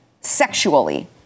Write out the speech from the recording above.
sexually